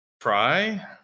Try